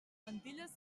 plantilles